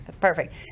Perfect